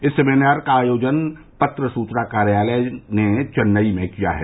इस सेमिनार का आयोजन पत्र सुचना कार्यालय ने चेन्नई में किया है